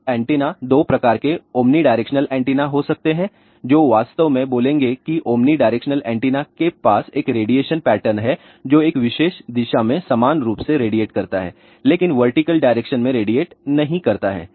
अब एंटेना दो प्रकार के ओमनी डायरेक्शनल एंटीना हो सकते हैं जो वास्तव में बोलेंगे की ओमनी डायरेक्शनल एंटीना के पास एक रेडिएशन पैटर्न है जो एक विशेष दिशा में समान रूप से रेडिएट करता है लेकिन वर्टिकल डायरेक्शन में रेडिएट नहीं करता है